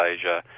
Asia